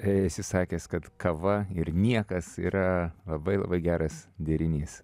esi sakęs kad kava ir niekas yra labai labai geras derinys